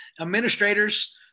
Administrators